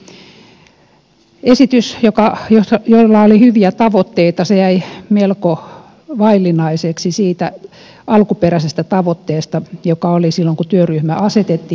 valitettavasti esitys jolla oli hyviä tavoitteita jäi melko vaillinaiseksi siitä alkuperäisestä tavoitteesta joka oli silloin kun työryhmä asetettiin